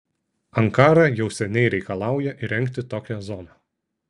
ankara jau seniai reikalauja įrengti tokią zoną